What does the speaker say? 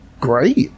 great